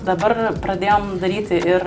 dabar pradėjom daryti ir